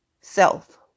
self